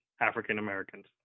african-americans